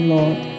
Lord